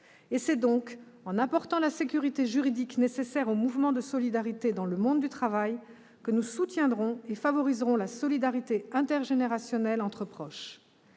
C'est donc en apportant la sécurité juridique nécessaire au mouvement de solidarité dans le monde du travail que nous soutiendrons et favoriserons la solidarité intergénérationnelle entre proches.